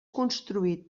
construït